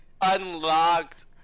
unlocked